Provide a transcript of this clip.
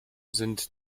sind